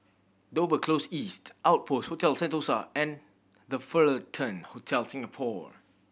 Dover Close East Outpost Hotel Sentosa and The Fullerton Hotel Singapore